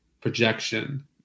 projection